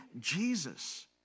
Jesus